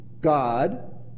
God